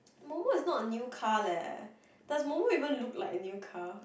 Momo is not a new car leh does Momo even look like a new car